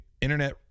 internet